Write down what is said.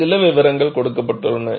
சில விவரங்கள் கொடுக்கப்பட்டுள்ளன